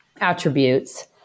attributes